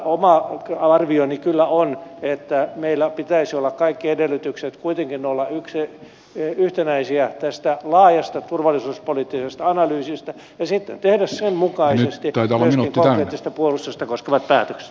oma arvioni kyllä on että meillä pitäisi olla kaikki edellytykset kuitenkin olla yhtenäisiä tässä laajassa turvallisuuspoliittisessa analyysissä ja sitten tehdä sen mukaisesti myöskin konkreettista puolustusta koskevat päätökset